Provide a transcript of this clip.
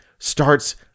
Starts